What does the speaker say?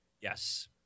Yes